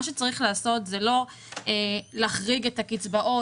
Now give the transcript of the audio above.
מה שצריך לעשות זה לא להחריג את הקצבאות,